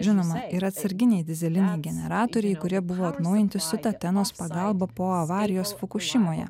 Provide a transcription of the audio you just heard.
žinoma ir atsarginiai dyzeliniai generatoriai kurie buvo atnaujinti su tatenos pagalba po avarijos fukušimoje